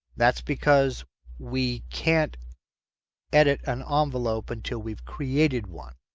that's because we can't edit an ah envelope until we've created one.